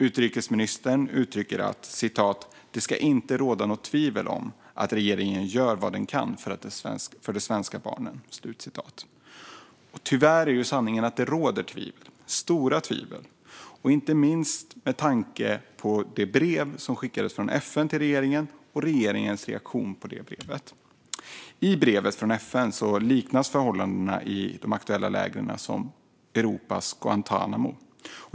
Utrikesministern uttrycker att "det inte ska råda något tvivel om att regeringen gör vad den kan för de svenska barnen". Tyvärr är ju sanningen att det råder tvivel, stora tvivel, inte minst med tanke på det brev som FN skickade till regeringen och regeringens reaktion på det brevet. I brevet från FN kallas de aktuella lägren "Europas Guantánamo".